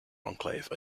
enclave